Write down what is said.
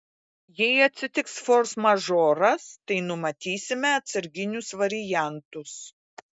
jei atsitiks forsmažoras tai numatysime atsarginius variantus